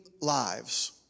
lives